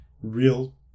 real